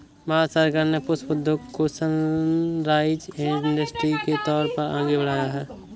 भारत सरकार ने पुष्प उद्योग को सनराइज इंडस्ट्री के तौर पर आगे बढ़ाया है